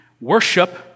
worship